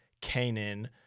Canaan